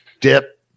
dip